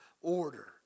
order